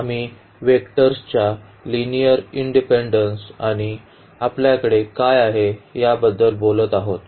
आम्ही व्हेक्टर्सच्या लिनिअर इंडिपेन्डेन्सबद्दल आणि आपल्याकडे काय आहे याबद्दल बोलत आहोत